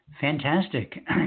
Fantastic